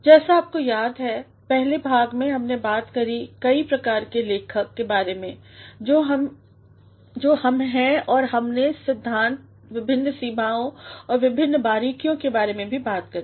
जैसा आपको याद है पहले भाग में हमने बात करी कई प्रकार के लेखक के बारे मैं जो हम हैं और हमने विभिन्न सीमाओं और विभिन्न बारीकियों के बारे में भी बात करी